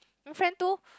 friend two